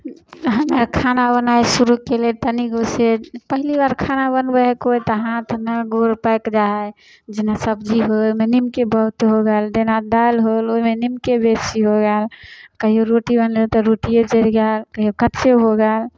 हम आओर खाना बनाए शुरू केलियै तनिगो से पहिले बार खाना बनबै है कोइ तऽ हाथमे गोड़ पाइक जाइ है जेना सब्जी है ओहिमे नीमके बहुत हो गेल जेना दालि होल ओहिमे नीमके बेसी हो गेल कहियो रोटी बनलै तऽ रोटिये जैरि गेल कहियौ कच्चे हो गेल